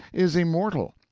is immortal,